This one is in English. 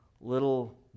little